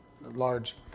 Large